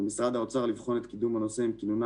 על משרד האוצר לבחון את קידום הנושא עם כינונה